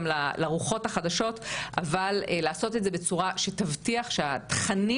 לרוחות החדשות אבל לעשות את זה בצורה שתבטיח שהתכנים